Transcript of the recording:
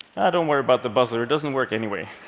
ah, don't worry about the buzzer, it doesn't work anyway.